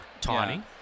tawny